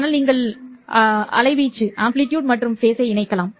ஆனால் நீங்கள் வீச்சு மற்றும் கட்டத்தை இணைக்கலாம்